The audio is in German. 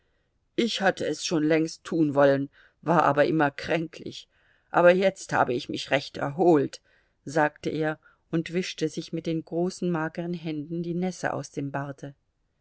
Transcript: ich hatte es schon längst tun wollen war aber immer kränklich aber jetzt habe ich mich recht erholt sagte er und wischte sich mit den großen mageren händen die nässe aus dem barte